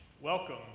welcome